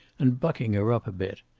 and bucking her up a bit.